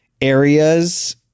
areas